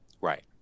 Right